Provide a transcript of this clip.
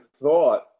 thought